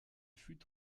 fut